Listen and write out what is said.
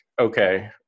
okay